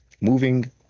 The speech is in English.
moving